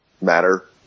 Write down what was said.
matter